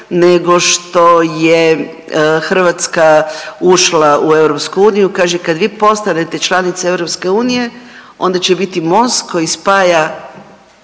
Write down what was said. nego što je Hrvatska ušla u EU. Kaže kad vi postanete članice EU onda će biti most koji spaja